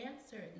answer